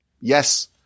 Yes